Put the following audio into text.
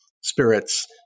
Spirit's